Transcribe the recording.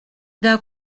thou